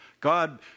God